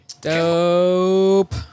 Dope